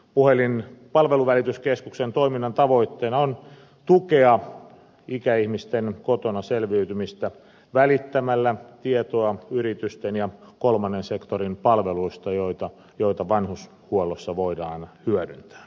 puhelinpalveluvälityskeskuksen toiminnan tavoitteena on tukea ikäihmisten kotona selviytymistä välittämällä tietoa yritysten ja kolmannen sektorin palveluista joita vanhustenhuollossa voidaan hyödyntää